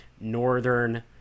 northern